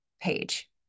page